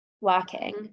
working